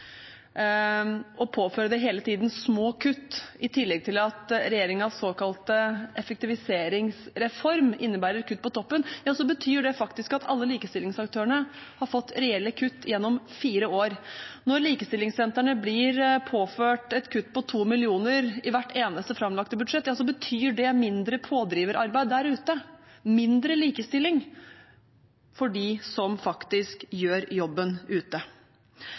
tiden påføre det små kutt, i tillegg til at regjeringens såkalte effektiviseringsreform innebærer kutt på toppen, betyr det faktisk at alle likestillingsaktørene har fått reelle kutt gjennom fire år. Når likestillingssentrene blir påført et kutt på 2 mill. kr i hvert eneste framlagte budsjett, betyr det mindre pådriverarbeid der ute, mindre likestilling for dem som faktisk gjør jobben ute.